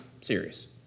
serious